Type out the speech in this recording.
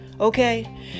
okay